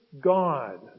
God